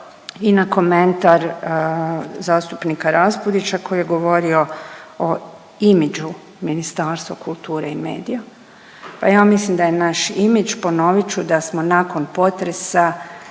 i na komentar zastupnika RAspudića koji je govorio o imidžu Ministarstva kulture i medija. Pa ja mislim da je naš imidž ponovit ću da smo nakon potresa